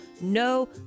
no